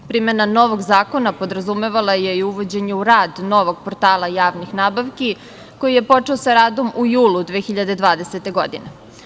Primena novog zakona podrazumevala je i uvođenje u rad novog portala javnih nabavki koji je počeo sa radom u julu 2020. godine.